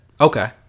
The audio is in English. okay